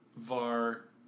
Var